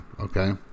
okay